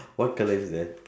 what colour is that